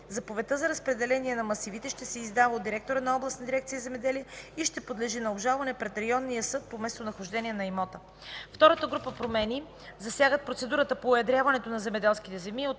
Заповедта за разпределение на масивите ще се издава от директора на областната дирекция „Земеделие” и ще подлежи на обжалване пред районния съд по местонахождение на имота. Втората група промени засягат процедурата по уедряването на земеделските земи.